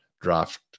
draft